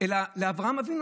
אלא לאברהם אבינו,